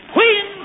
Queen